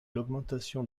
l’augmentation